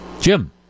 Jim